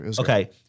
Okay